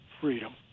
freedom